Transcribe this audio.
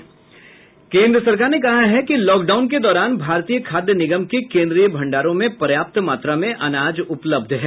केंद्र सरकार ने कहा है कि लाकडाउन के दौरान भारतीय खाद्य निगम के केन्द्रीय भंडारों में पर्याप्त मात्रा में अनाज उपलब्ध है